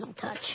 touch